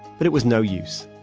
but it was no use.